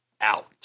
out